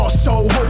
So-